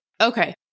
okay